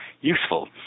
useful